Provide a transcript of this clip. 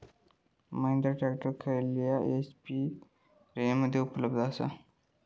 Mahindra tractor खयल्या HP रेंजमध्ये उपलब्ध आसा?